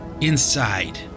inside